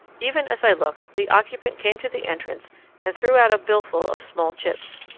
even as i looked the occupant came to the entrance and threw out a billful of small chips.